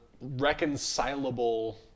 reconcilable